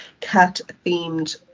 cat-themed